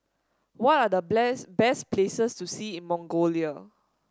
what are The Place best places to see in Mongolia